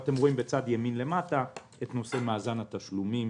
אתם רואים בצד ימין למטה את נושא מאזן התשלומים